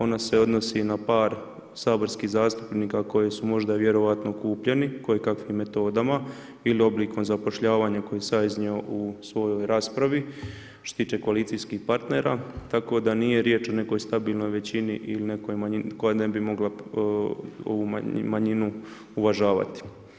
Ona se odnosi na par saborskih zastupnika koji su možda vjerojatno kupljeni kojekakvim metodama ili oblikom zapošljavanja koji sam ja iznio u svojoj raspravi što se tiče koalicijskih partnera, tako da nije riječ o nekoj stabilnoj većini koja ne bi mogla ovu manjinu uvažavati.